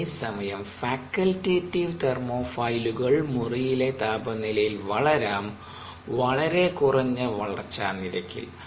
അതേസമയം ഫാക്കൽടേറ്റീവ് തെർമോഫൈലുകൾ മുറിയിലെ താപനിലയിൽ വളരാം വളരെ കുറഞ്ഞ വളർച്ചാ നിരക്കിൽ